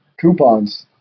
Coupons